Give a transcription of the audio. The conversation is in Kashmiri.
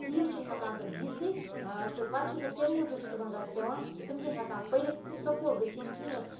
فیٖس چھِنہٕ ہیٚکان تِم دِتھٕے ٲں تہٕ پَتہٕ چھِ تَتہِ تم موٗجوٗب چھُ تِمَن پیٚوان تِم چھِنہٕ ہیٚکان پٔرِتھ تہِ سکول گٔژِتھ کِہیٖنۍ